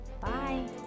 Bye